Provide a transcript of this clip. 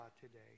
today